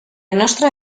nostra